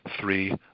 three